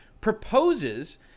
proposes